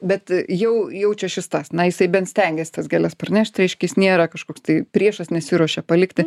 bet jau jau čia šis tas na jisai bent stengiasi tas gėles parnešti reiškia jis nėra kažkoks tai priešas nesiruošia palikti